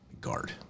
Guard